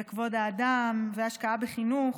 וכבוד האדם, והשקעה בחינוך,